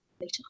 later